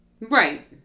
Right